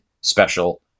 special